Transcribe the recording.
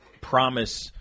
promise